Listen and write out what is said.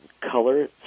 color